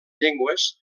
llengües